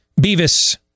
Beavis